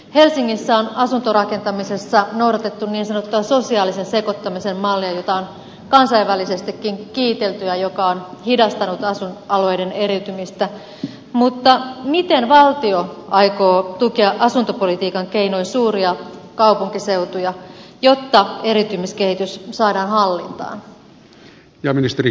helsingissä on asuntorakentamisessa noudatettu niin sanottua sosiaalisen sekoittamisen mallia jota on kansainvälisestikin kiitelty ja joka on hidastanut asuinalueiden eriytymistä mutta miten valtio aikoo tukea asuntopolitiikan keinoin suuria kaupunkiseutuja jotta eriytymiskehitys saadaan hallintaan